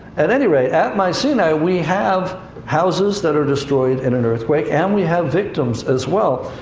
at any rate, at mycenae, you know we have houses that are destroyed in an earthquake, and we have victims, as well.